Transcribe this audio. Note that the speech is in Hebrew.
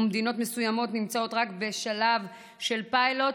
ומדינות מסוימות נמצאות רק בשלב של פיילוט,